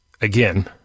again